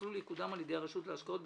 המסלול יקודם על ידי הרשות להשקעות,